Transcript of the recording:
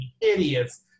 idiots